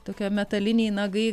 tokie metaliniai nagai